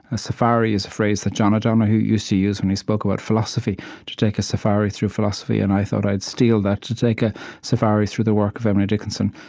a safari is a phrase that john o'donohue used to use when he spoke about philosophy to take a safari through philosophy and i thought i'd steal that, to take a safari through the work of emily dickinson.